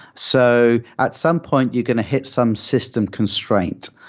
so at some point you're going to hit some system constraint.